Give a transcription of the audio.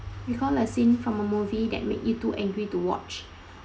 recall a scene from a movie that made you too angry to watch